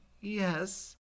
yes